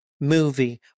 movie